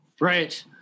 right